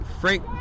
Frank